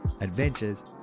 adventures